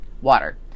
water